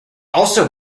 also